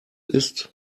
ist